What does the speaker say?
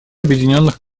объединенных